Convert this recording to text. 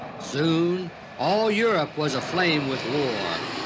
soon all europe was aflame with war.